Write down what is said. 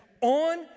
on